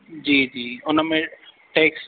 जी जी उन में टेक्स